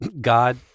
god